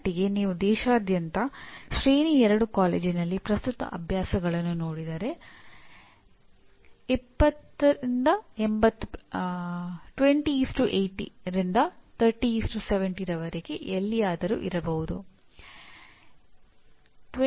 ಈ ಮಟ್ಟಿಗೆ ನೀವು ದೇಶಾದ್ಯಂತ ಶ್ರೇಣಿ 2 ಕಾಲೇಜಿನಲ್ಲಿ ಪ್ರಸ್ತುತ ಅಭ್ಯಾಸಗಳನ್ನು ನೋಡಿದರೆ 2080 ರಿಂದ 3070 ರವರೆಗೆ ಎಲ್ಲಿಯಾದರೂ ಇರಬಹುದು